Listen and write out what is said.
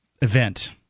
event